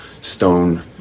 stone